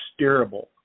steerable